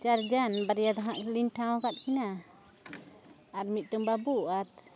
ᱪᱟᱨᱡᱚᱱ ᱵᱟᱨᱭᱟ ᱫᱚ ᱦᱟᱸᱜ ᱞᱤᱧ ᱴᱷᱟᱶ ᱠᱟᱫ ᱠᱤᱱᱟ ᱟᱨ ᱢᱤᱫᱴᱮᱱ ᱵᱟᱵᱩ ᱟᱨ